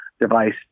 device